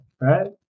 right